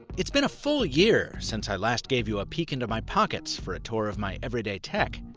it's been a full year since i last gave you a peak into my pockets for a tour of my everyday tech.